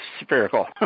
spherical